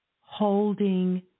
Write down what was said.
holding